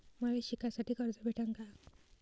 मले शिकासाठी कर्ज भेटन का?